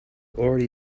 already